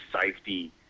safety